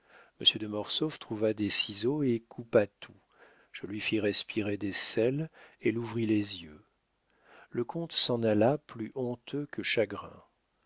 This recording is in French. mortsauf trouva des ciseaux et coupa tout je lui fis respirer des sels elle ouvrit les yeux le comte s'en alla plus honteux que chagrin